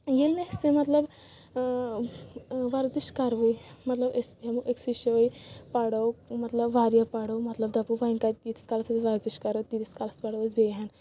ییٚلہِ نہٕ اسہِ یہِ مطلب ورزش کرٕوٕے مطلب أسۍ بیہمو أکسٕے جایہِ پرو مطلب واریاہ پرو مطلب دپو وۄنۍ کتہِ ییتِس کالس أسۍ ورزش کرو تیٖتس کالس پرو أسۍ بیٚیہِ ہن